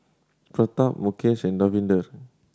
Pratap Mukesh and Davinder